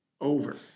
Over